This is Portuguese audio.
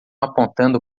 apontando